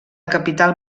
capital